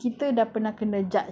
ya maybe we